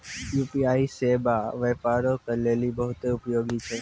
UPI सेबा व्यापारो के लेली बहुते उपयोगी छै